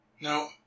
No